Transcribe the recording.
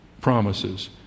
promises